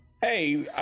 Hey